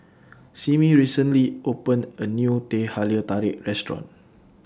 Simmie recently opened A New Teh Halia Tarik Restaurant